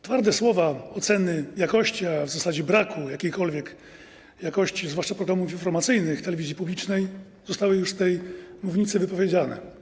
Twarde słowa oceny jakości, a w zasadzie braku jakiejkolwiek jakości zwłaszcza programów informacyjnych telewizji publicznej zostały już z tej mównicy wypowiedziane.